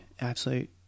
absolute